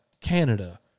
Canada